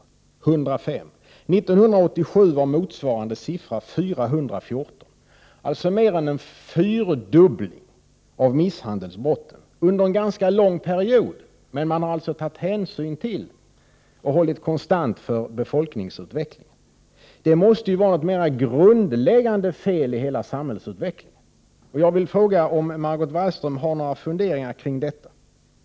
1987 var motsvarande siffra 414, alltså mer än en fyrdubbling av misshandelsbrotten — under en ganska lång period, men man har alltså tagit hänsyn till och hållit konstant för befolkningsutvecklingen. Det måste ju vara något mera grundläggande fel i hela samhällsutvecklingen, och jag vill fråga om Margot Wallström har några funderingar kring detta.